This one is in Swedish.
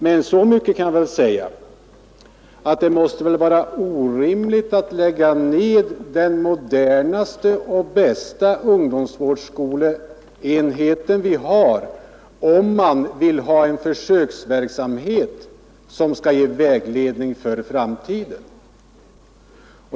Men så mycket kan väl sägas, att det måste vara orimligt att lägga ned den modernaste och bästa ungdomsvårdskolenhet vi har, om man vill ha en försöksverksamhet som skall ge vägledning för framtiden.